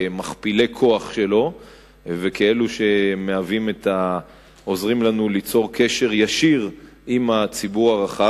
כי הם מכפילי כוח שלו וכאלה שעוזרים לנו ליצור קשר ישיר עם הציבור הרחב,